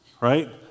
Right